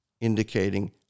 indicating